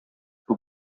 күп